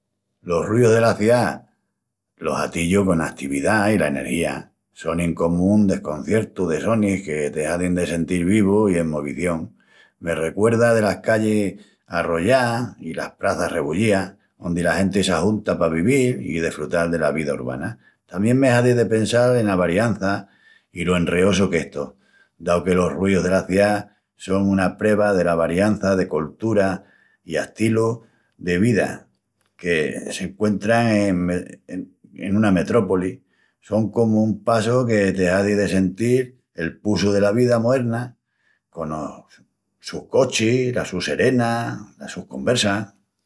Los ruius dela ciá los atillu cona atividá i la energía, sonin comu un desconciertu de sonis que te hazin de sentil vivu i en movición. Me recuerda delas callis arrollás i las praças rebullías, ondi la genti s'ajunta pa vivil i desfrutal dela vida urbana. Tamién me hazi de pensal ena variança i lo enreosu que es tó, dau que los ruius dela ciá son una preva dela variança de colturas i astilus de vida que s'encuentran en... en una metrópoli. Son comu un passu que te hazi de sentil el pussu dela vida moerna, conos sus cochis, las sus serenas, las sus conversas...